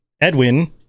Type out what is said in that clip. Edwin